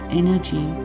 energy